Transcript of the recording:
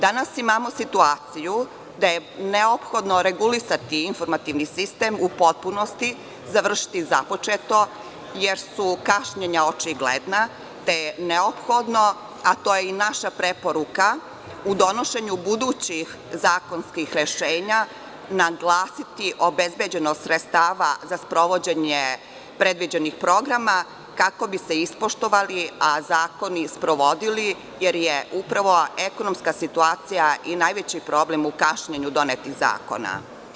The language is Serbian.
Danas imamo situaciju da je neophodno regulisati informativni sistem u potpunosti, završiti započeto, jer su kašnjenja očigledna, te je neophodno, a to je i naša preporuka u donošenju budućih zakonskih rešenja naglasiti obezbeđenost sredstava za sprovođenje predviđenih programa kako bi se ispoštovali, a zakoni sprovodili jer je upravo ekonomska situacija i najveći problem u kašnjenju donetih zakona.